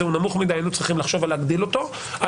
נמוך מדי היינו צריכים לחשוב להגדיל אותו.